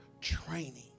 training